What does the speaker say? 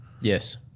Yes